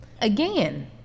Again